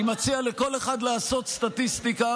אני מציע לכל אחד לעשות סטטיסטיקה: